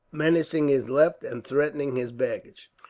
menacing his left and threatening his baggage.